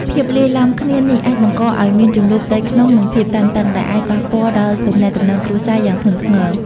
ភាពលាយឡំគ្នានេះអាចបង្កឱ្យមាន ជម្លោះផ្ទៃក្នុង និងភាពតានតឹង ដែលអាចប៉ះពាល់ដល់ទំនាក់ទំនងគ្រួសារយ៉ាងធ្ងន់ធ្ងរ។